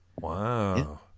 Wow